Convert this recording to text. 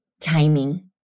timing